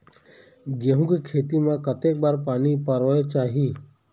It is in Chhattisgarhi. गेहूं के खेती मा कतक बार पानी परोए चाही?